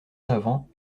savants